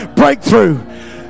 breakthrough